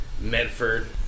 Medford